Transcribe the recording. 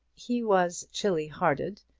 he was chilly hearted,